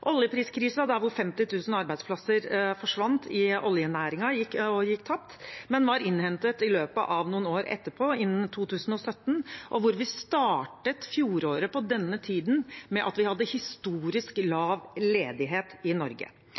der 50 000 arbeidsplasser i oljenæringen forsvant og gikk tapt, men var innhentet i løpet av noen år, innen 2017. Vi startet fjoråret på denne tiden med historisk lav ledighet i Norge.